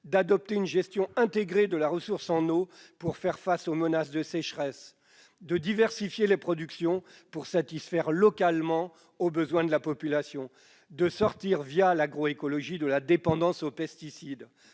d'adopter une gestion intégrée de la ressource en eau pour faire face aux menaces de sécheresse, de diversifier les productions pour satisfaire localement aux besoins de la population, de sortir, l'agroécologie, de la dépendance aux pesticides,